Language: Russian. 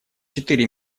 четыре